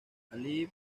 allí